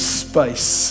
space